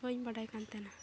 ᱵᱟᱹᱧ ᱵᱟᱰᱟᱭ ᱠᱟᱱ ᱛᱟᱦᱮᱱᱟ